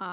be